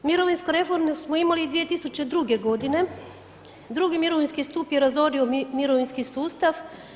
Mirovinsku reformu smo imali i 2002. godine, drugi mirovinski stup je razorio mirovinski sustav.